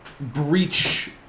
breach